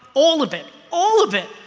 all of it, all of it,